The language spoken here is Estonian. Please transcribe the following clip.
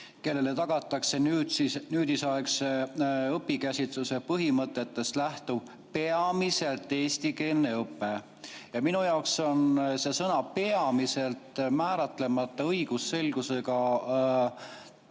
kellele tagatakse nüüdisaegse õpikäsituse põhimõtetest lähtuv peamiselt eestikeelne õpe. Minu jaoks on sellel sõnal "peamiselt" määratlemata õigusselgusega,